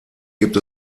gibt